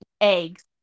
eggs